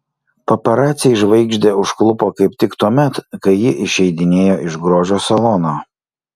paparaciai žvaigždę užklupo kaip tik tuomet kai ji išeidinėjo iš grožio salono